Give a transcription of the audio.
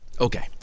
Okay